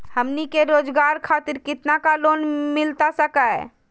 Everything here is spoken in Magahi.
हमनी के रोगजागर खातिर कितना का लोन मिलता सके?